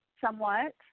somewhat